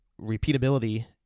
repeatability